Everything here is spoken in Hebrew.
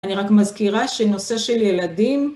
אני רק מזכירה שנושא של ילדים